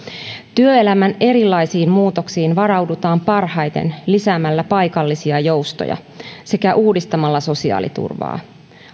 työelämän erilaisiin muutoksiin varaudutaan parhaiten lisäämällä paikallisia joustoja sekä uudistamalla sosiaaliturvaa